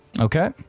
Okay